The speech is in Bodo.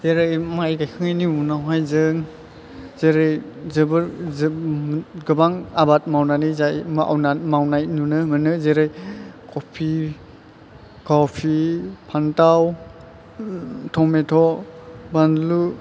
जेरै माइ गायखांनायन उनावहाय जों जेरै जोबोद जों गोबां आबाद मावनानै जायो बा मावनाय नुनो मोनो जेरै कपि फान्थाव टमेट' बानलु